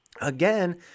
Again